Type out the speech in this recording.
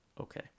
Okay